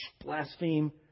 Blaspheme